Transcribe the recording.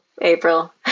April